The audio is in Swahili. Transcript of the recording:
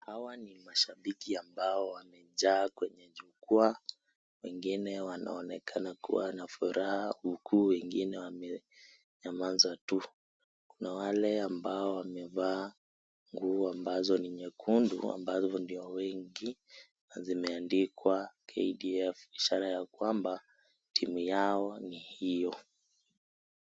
Hawa ni mashabiki ambao wamejaa kwenye jukwaa wengine wanaonekana kua na furaha huku wengine wamenyamaza tu. Kuna wale ambao wamevaa nguo ambazo ni nyekundu ambao ndio wengi na zimeandikwa KDF ishara ya kwamba timu yao ni hiyo.